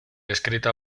escrita